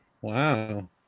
Wow